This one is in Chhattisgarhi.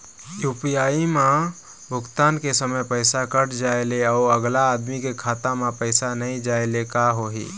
यू.पी.आई म भुगतान के समय पैसा कट जाय ले, अउ अगला आदमी के खाता म पैसा नई जाय ले का होही?